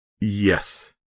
yes